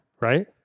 Right